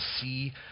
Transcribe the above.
see